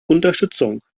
unterstützung